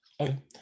Okay